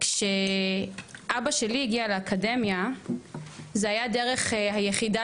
כשאבא שלי הגיע לאקדמיה זו הייתה הדרך היחידה